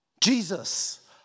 Jesus